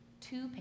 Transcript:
Two